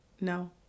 No